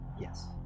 Yes